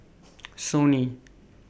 Sony